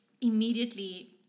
Immediately